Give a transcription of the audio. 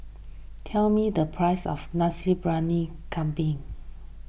tell me the price of Nasi Briyani Kambing